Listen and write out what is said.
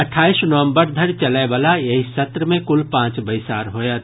अठाईस नवम्बर धरि चलय वला एहि सत्र मे कुल पांच बैसार होयत